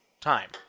time